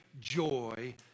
joy